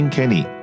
Kenny